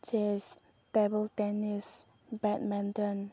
chess table tennis badminton